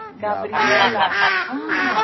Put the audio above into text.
gabriela oh